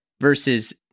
versus